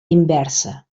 inversa